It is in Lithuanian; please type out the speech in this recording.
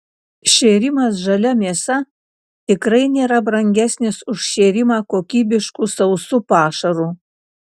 šėrimas žalia mėsa tikrai nėra brangesnis už šėrimą kokybišku sausu pašaru